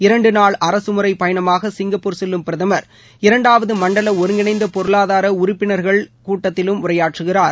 இரண்டு நாள் அரசுமுறைப் பயணமாக சிங்கப்பூர் செல்லும் பிரதமா் இரண்டாவது மண்டல ஒருங்கிணைந்த பொருளாதார உறுப்பினர்கள் கூட்டத்திலும் உரையாற்றுகிறார்